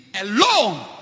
alone